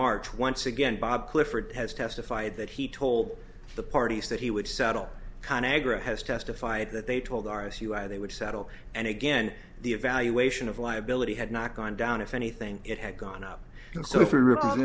march once again bob clifford has testified that he told the parties that he would settle kind of agra has testified that they told us you are they would settle and again the evaluation of liability had not gone down if anything it had gone up